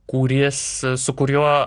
kuris su kuriuo